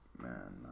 Man